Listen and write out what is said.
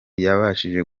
yabashije